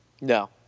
No